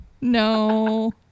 no